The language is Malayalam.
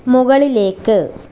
മുകളിലേക്ക്